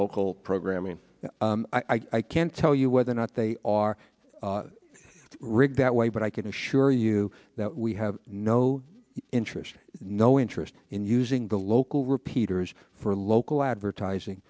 local programming i can't tell you whether or not they are rigged that way but i can assure you that we have no interest no interest in using the local repeaters for local advertising